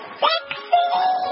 sexy